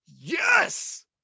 yes